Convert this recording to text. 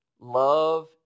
Love